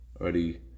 already